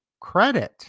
credit